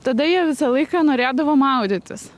tada jie visą laiką norėdavo maudytis